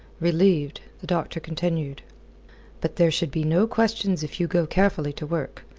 relieved, the doctor continued but there should be no questions if you go carefully to work.